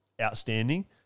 outstanding